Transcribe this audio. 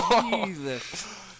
Jesus